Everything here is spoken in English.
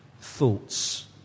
thoughts